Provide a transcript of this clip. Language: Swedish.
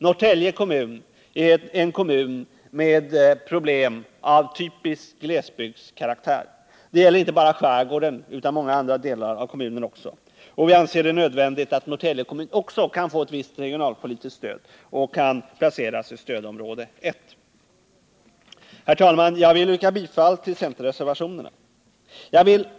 Norrtälje kommun har problem av typisk glesbygdskaraktär. Det gäller inte bara skärgården utan även många andra delar av kommunen. Vi anser det nödvändigt att Norrtälje kommun också kan få ett visst regionalpolitiskt stöd och att kommunen kan placeras i stödområde 1.